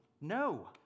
no